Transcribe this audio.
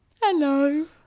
Hello